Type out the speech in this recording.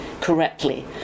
correctly